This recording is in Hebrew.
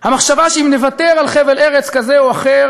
המחשבה שאם נוותר על חבל ארץ כזה או אחר